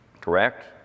correct